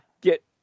get